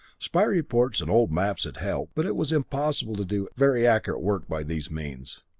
spy reports and old maps had helped, but it was impossible to do very accurate work by these means.